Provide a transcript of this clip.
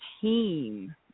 team